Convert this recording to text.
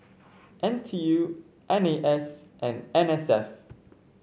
N T U N A S and N S F